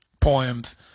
poems –